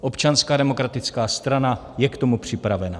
Občanská demokratická strana je k tomu připravena.